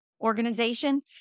organization